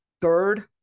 third